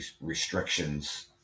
restrictions